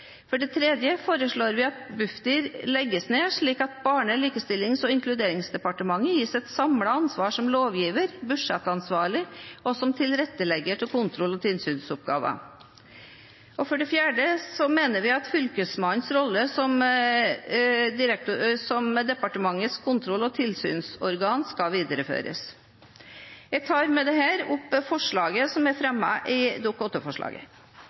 For det tredje foreslår vi at Bufdir legges ned, slik at Barne-, likestillings- og inkluderingsdepartementet gis et samlet ansvar som lovgiver, budsjettansvarlig og tilrettelegger av kontroll- og tilsynsoppgaver. For det fjerde mener vi at Fylkesmannens rolle som Barne-, likestillings- og inkluderingsdepartementets regionale kontroll- og tilsynsorgan skal videreføres. Jeg tar med dette opp forslag nr. 1, som er